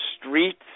streets